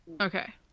Okay